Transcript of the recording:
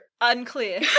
Unclear